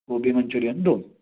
गोबी manchurian दोन